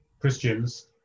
Christians